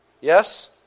Yes